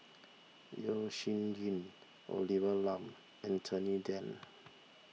Yeo Shih Yun Olivia Lum Anthony then